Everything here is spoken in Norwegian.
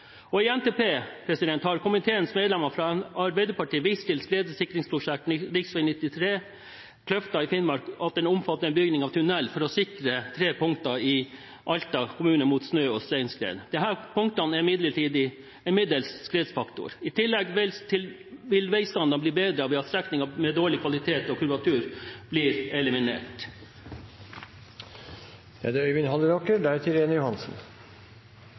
høsten. I NTP har komiteens medlemmer fra Arbeiderpartiet vist til skredsikringsprosjekter: «Komiteens medlemmer fra Arbeiderpartiet viser til at skredsikringsprosjektet rv. 93 Kløfta i Finnmark omfatter bygging av tunnel for å sikre tre punkter i Alta kommune mot snø- og steinskred. Punktene har middels skredfaktor. I tillegg vil vegstandarden bli bedret ved at strekninger med dårlig kurvatur og stigning blir eliminert.» Etter åtte år i opposisjon som medlem av transport- og kommunikasjonskomiteen er det